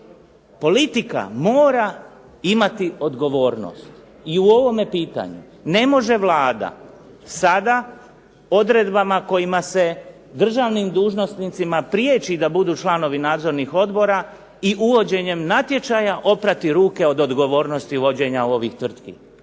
politika mora imati odgovornost i u ovome pitanju, ne može Vlada sada odredbama kojima se državnim dužnosnicima prijeći da budu članovi nadzornih odbora i uvođenjem natječaja oprati ruke od odgovornosti vođenja ovih tvrtki,